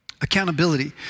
Accountability